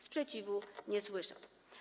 Sprzeciwu nie słyszę.